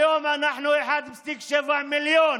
היום אנחנו 1.7 מיליון.